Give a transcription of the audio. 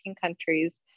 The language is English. countries